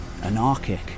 anarchic